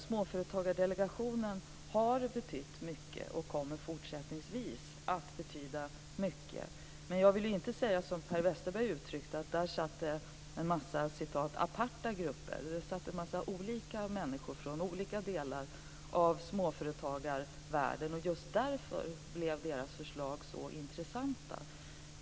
Småföretagsdelegationen har betytt mycket, och kommer också fortsättningsvis att betyda mycket. Men jag vill inte uttrycka mig som Per Westerberg gjorde - att där satt en massa "aparta grupper". Där satt en massa olika människor från olika delar av småföretagarvärlden. Just därför blev deras förslag så intressanta.